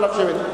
נא לשבת.